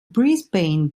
brisbane